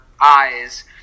eyes